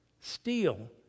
steal